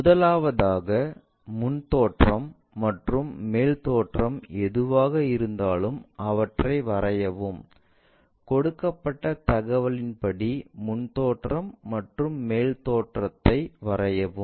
முதலாவதாக முன் தோற்றம் மற்றும் மேல் தோற்றம் எதுவாக இருந்தாலும் அவற்றை வரையவும் கொடுக்கப்பட்ட தகவல்களின்படி முன் தோற்றம் மற்றும் மேல் தோற்றம்யை வரையவும்